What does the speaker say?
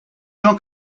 jean